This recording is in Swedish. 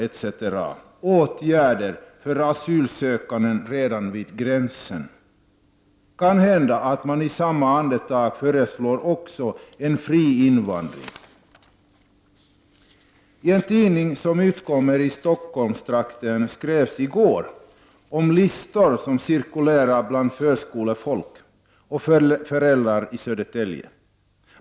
Det handlar om åtgärder mot asylsökande redan vid gränsen. Måhända föreslår man i samma andetag också en fri invandring. I en tidning som utkommer i Stockholmstrakten skrevs i går om listor som cirkulerar bland förskolefolk och föräldrar i Södertälje.